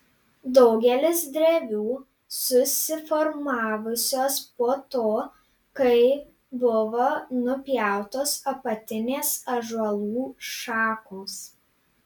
daugelis drevių susiformavusios po to kai buvo nupjautos apatinės ąžuolų šakos